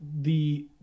the-